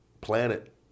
planet